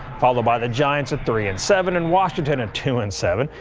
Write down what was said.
followed by the giants a three, and seven, in washington and two, and seven,